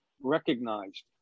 recognized